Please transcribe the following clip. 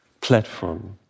platform